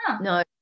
no